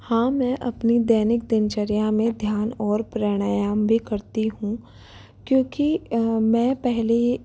हां मैं अपनी दैनिक दिनचर्या में ध्यान और प्राणायाम भी करती हूँ क्योंकि मैं पहले